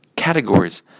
categories